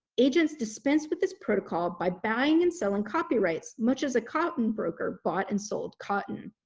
agents dispensed with this protocol by buying and selling copyrights much as a cotton broker bought and sold cotton.